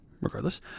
regardless